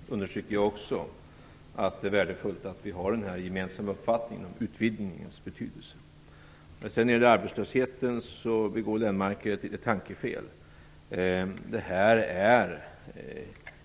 Fru talman! Först understryker jag också att det är värdefullt att vi har den här gemensamma uppfattningen om utvidgningens betydelse. När det gäller arbetslösheten begår Göran Lennmarker ett litet tankefel. De s.k. SM-punkterna är